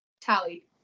Tally